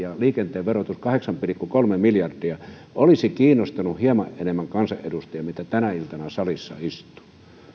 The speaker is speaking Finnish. on kahdeksan pilkku kolme miljardia olisi kiinnostanut hieman enemmän kansanedustajia kuin mitä tänä iltana salissa istuu